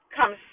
Come